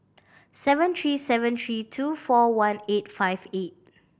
seven three seven three two four one eight five eight